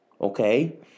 Okay